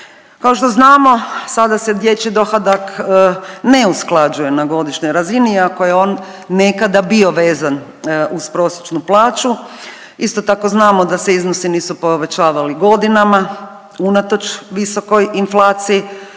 Kao što znamo sada se dječji dohodak ne usklađuje na godišnjoj razini iako je on nekada bio vezan uz prosječnu plaću, isto tako znamo da se iznosi nisu povećavali godinama unatoč visokoj inflaciji